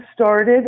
started